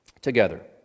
together